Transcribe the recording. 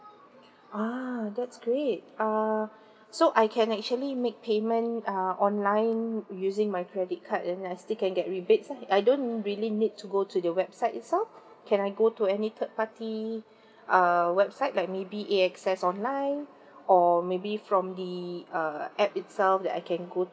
ah that's great err so I can actually make payment err online using my credit card then I still can get rebates I I don't really need to go to the website itself can I go to any third party uh website like maybe A_X_S online or maybe from the uh app itself that I can go